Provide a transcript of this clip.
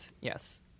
Yes